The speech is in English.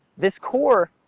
this core,